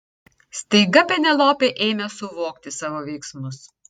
staiga penelopė ėmė suvokti savo veiksmus